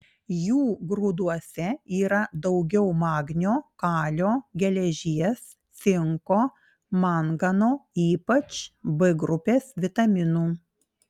jų grūduose yra daugiau magnio kalio geležies cinko mangano ypač b grupės vitaminų